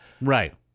Right